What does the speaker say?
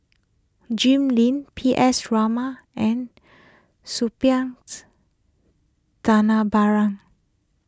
Jim Lim P S Raman and Suppiahs Dhanabalan